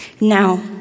Now